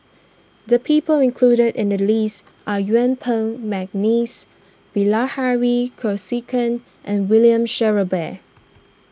the people included in the list are Yuen Peng McNeice Bilahari Kausikan and William Shellabear